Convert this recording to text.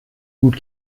gut